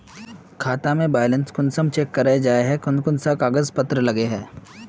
खाता में बैलेंस कुंसम चेक करे जाय है कोन कोन सा कागज पत्र लगे है?